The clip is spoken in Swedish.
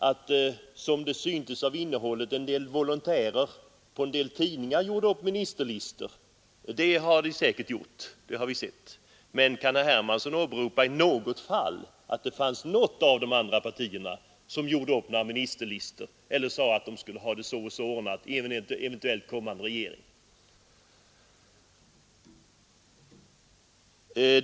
Att en del som det föreföll volontärer på vissa tidningar gjorde upp ministerlistor är säkert sant, det har vi sett. Men kan herr Hermansson åberopa att något av de borgerliga partierna gjorde upp några ministerlistor eller sade att de skulle ha det si eller så ordnat i en eventuellt kommande regering?